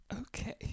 Okay